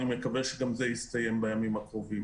אני מקווה שגם זה יסתיים בימים הקרובים.